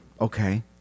Okay